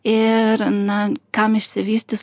ir na kam išsivystys